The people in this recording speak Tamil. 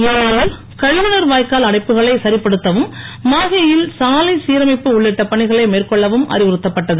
ஏனாமில் கழிவு நீர் வாய்க்கால் அடைப்புகளை சரிப்படுத்தவும் மாஹேயில் சாலை சீரமைப்பு உள்ளிட்ட பணிகளை மேற்கொள்ளவும் அறிவுறுத்தப்பட்டது